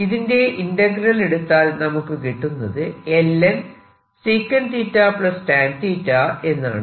ഇതിന്റെ ഇന്റഗ്രൽ എടുത്താൽ നമുക്ക് കിട്ടുന്നത് ln എന്നാണ്